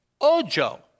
Ojo